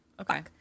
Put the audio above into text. Okay